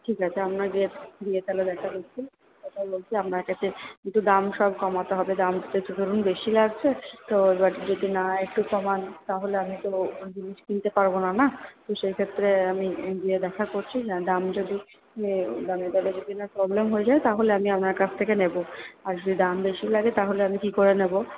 ঠিক আছে আপনার গিয়ে তাহলে দেখা করছি কথা বলছি আপনার কাছে কিন্তু দাম সব কমাতে হবে দাম একটু বেশি লাগছে তো এবার যদি না একটু কমান তাহলে আমি তো জিনিস কিনতে পারবনা না তো সেক্ষেত্রে আমি গিয়ে দেখা করছি দাম যদি দামে দরে যদি না প্রবলেম হয়ে যায় তাহলে আমি আপনার কাছ থেকে নেব আর যদি দাম বেশি লাগে তাহলে আমি কি করে নেব